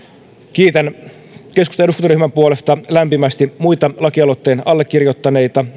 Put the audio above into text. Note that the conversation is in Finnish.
kiitän keskustan eduskuntaryhmän puolesta lämpimästi muita lakialoitteen allekirjoittaneita